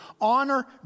honor